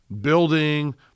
building